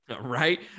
Right